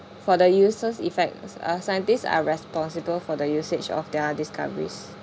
for the users effects uh scientists are responsible for the usage of their discoveries